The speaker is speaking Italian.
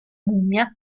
mummia